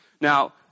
Now